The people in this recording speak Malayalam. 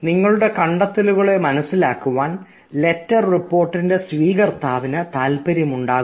നിങ്ങളുടെ കണ്ടെത്തലുകളെ മനസ്സിലാക്കുവാൻ ലെറ്റർ റിപ്പോർട്ടിൻറെ സ്വീകർത്താവിന് താൽപര്യമുണ്ടാകും